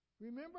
remember